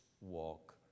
walk